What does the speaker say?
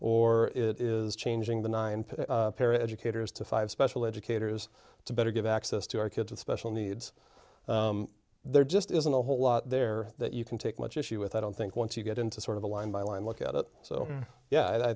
or it is changing the nine pair educators to five special educators to better give access to our kids with special needs there just isn't a whole lot there that you can take much issue with i don't think once you get into sort of a line by line look at it so yeah i